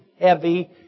heavy